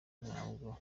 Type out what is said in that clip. ntabwo